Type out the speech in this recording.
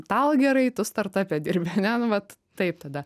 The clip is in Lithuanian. tau gerai tu startape dirbi ane nu vat taip tada